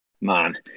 Man